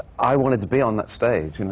i wanted to be on that stage, you know?